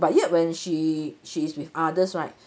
but yet when she she is with others right